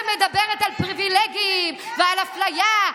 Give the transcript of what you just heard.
שמדברת על פריבילגים ועל אפליה,